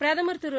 பிரதமர் திரு